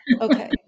okay